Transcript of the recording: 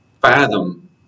fathom